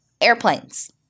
airplanes